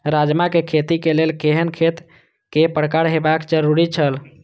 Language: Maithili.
राजमा के खेती के लेल केहेन खेत केय प्रकार होबाक जरुरी छल?